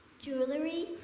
Jewelry